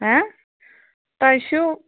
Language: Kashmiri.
تۄہہِ چھُو